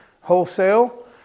wholesale